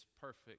perfect